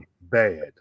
Bad